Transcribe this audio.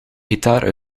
gitaar